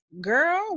girl